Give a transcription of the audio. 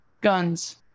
Guns